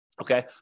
okay